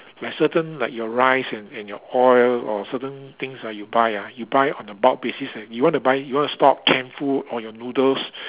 like certain like your rice and and your oil or certain things ah you buy ah you buy on a bulk basis and you want to buy you want to stock canned food or your noodles